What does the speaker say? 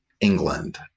England